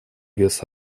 вес